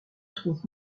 trouve